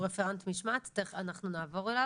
הוא רפרנט משמעת ותיכף אנחנו נעבור אליו.